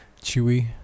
chewy